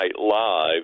Live